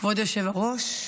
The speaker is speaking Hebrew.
כבוד היושב-ראש,